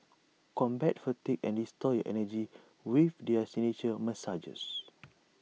combat fatigue and restore your energy with their signature massages